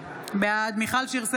בעד מיכל שיר סגמן,